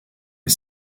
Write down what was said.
est